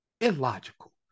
illogical